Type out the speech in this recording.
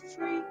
free